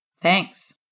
Thanks